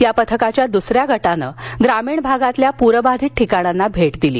या पथकाच्या दुसऱ्या गटानं ग्रामीण भागातील पूर बाघित ठिकाणांना भेट दिली